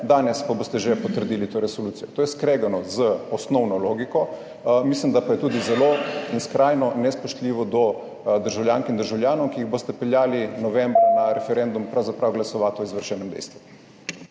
danes pa boste že potrdili to resolucijo. To je skregano z osnovno logiko. Mislim, da pa je tudi zelo in skrajno nespoštljivo do državljank in državljanov, ki jih boste peljali novembra na referendum pravzaprav glasovati o izvršenem dejstvu.